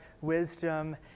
wisdom